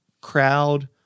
crowd